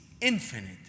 infinite